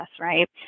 right